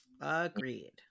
agreed